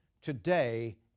today